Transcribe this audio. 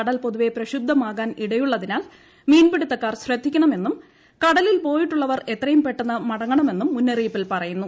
കടൽ പൊതുവേ പ്രക്ഷുബ്ദ്ധമാകാൻ ഇടയുള്ളതിനാൽ മീൻപിടുത്തക്കാർ ശ്രദ്ധിക്കണമെന്നും കടലിൽ പോയിട്ടുള്ളവർ എത്രയും പെട്ടെന്ന് മടങ്ങണമെന്നും മുന്നറിയിപ്പിൽ പറയുന്നു